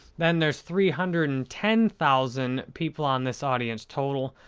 then there's three hundred and ten thousand people on this audience total,